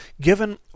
Given